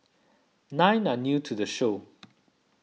nine are new to the show